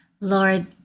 Lord